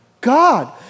God